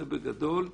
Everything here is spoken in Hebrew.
זה בגדול.